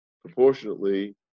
proportionately